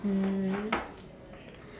mm